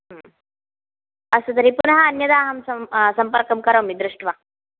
अस्तु तर्हि पुनः अन्यदा अहं सं सम्पर्कं करोमि दृष्ट्वा